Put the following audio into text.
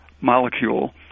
molecule